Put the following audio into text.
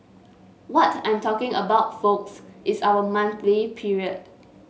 what I'm talking about folks is our monthly period